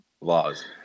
laws